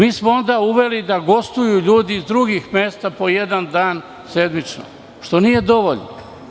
Mi smo onda uveli da gostuju ljudi iz drugih mesta po jedan dan sedmično, što nije dovoljno.